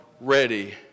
ready